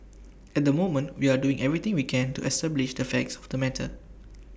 at the moment we are doing everything we can to establish the facts of the matter